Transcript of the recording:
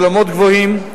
סולמות גבוהים.